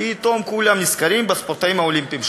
פתאום כולם נזכרים בספורטאים האולימפיים שלנו,